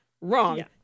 wrong